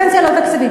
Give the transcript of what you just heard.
על פנסיה לא תקציבית.